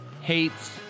hates